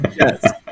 Yes